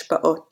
השפעות